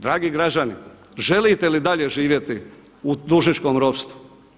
Dragi građani, želite li dalje živjeti u dužničkom ropstvu?